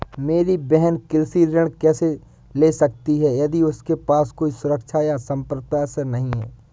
मेरी बहिन कृषि ऋण कैसे ले सकती है यदि उसके पास कोई सुरक्षा या संपार्श्विक नहीं है?